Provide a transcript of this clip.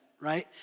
right